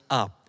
up